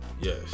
Yes